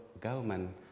government